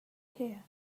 here